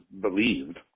believed